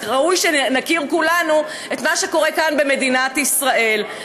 אז ראוי שנכיר כולנו את מה שקורה כאן במדינת ישראל.